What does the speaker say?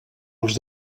els